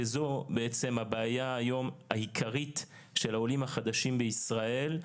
שזו בעצם הבעיה היום העיקרית של העולים החדשים בישראל,